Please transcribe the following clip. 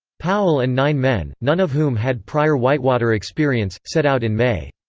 powell and nine men none of whom had prior whitewater experience set out in may.